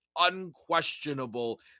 unquestionable